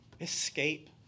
escape